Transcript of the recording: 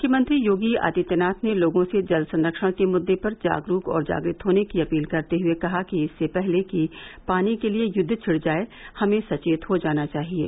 मुख्यमंत्री योगी आदित्यनाथ ने लोगों से जल संरक्षण के मुद्दे पर जागरूक और जागृत होने की अपील करते हुए कहा कि इससे पहले कि पानी के लिये युद्ध छिड़ जाये हमें सचेत हो जाना चाहिये